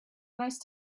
nice